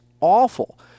awful